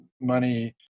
money